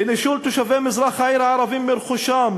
לנישול תושבי מזרח העיר הערבים מרכושם,